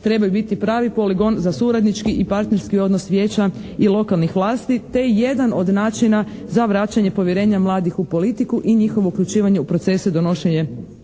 trebaju biti pravi poligon za suradnički i partnerski odnos Vijeća i lokalnih vlasti te jedan od načina za vraćanje povjerenja mladih u politiku i njihovo uključivanje u procese donošenja odluke